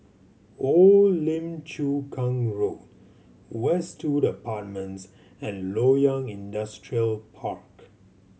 Old Lim Chu Kang Road Westwood Apartments and Loyang Industrial Park